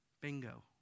Bingo